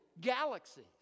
galaxies